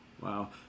wow